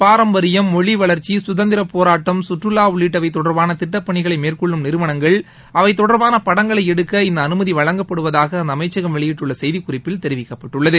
பாரம்பரியம் மொழி வளர்ச்சி சுதந்திரப் போராட்டம் சுற்றுலா உள்ளிட்டவை தொடர்பான திட்டப் பணிகளை மேற்கொள்ளும் நிறுவனங்கள் அவை தொடர்பாள படங்களை எடுக்க இந்த அனுமதி வழங்கப்படுவதாக அந்த அமைச்சகம் வெளியிட்டுள்ள செய்திக் குறிப்பில் தெரிவிக்கப்பட்டுள்ளது